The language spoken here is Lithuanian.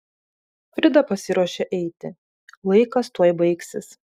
frida pasiruošė eiti laikas tuoj baigsis